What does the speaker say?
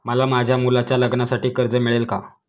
मला माझ्या मुलाच्या लग्नासाठी कर्ज मिळेल का?